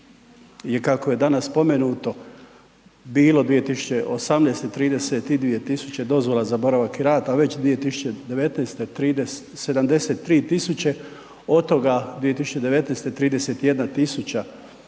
je kako je danas spomenuto bilo 2018. 32.000 dozvola za boravak i rad, a već 2019. 73.000, od toga 2019. 31000 za